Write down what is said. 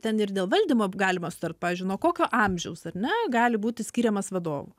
ten ir dėl valdymo galima sutart pavyzdžiui nuo kokio amžiaus ar ne gali būti skiriamas vadovu